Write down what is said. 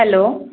hello